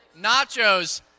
Nachos